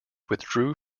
withdrew